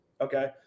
Okay